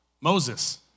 Moses